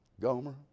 Gomer